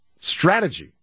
strategy